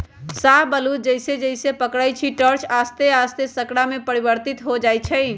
शाहबलूत जइसे जइसे पकइ छइ स्टार्च आश्ते आस्ते शर्करा में परिवर्तित हो जाइ छइ